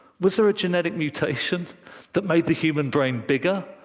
was there a genetic mutation that made the human brain bigger?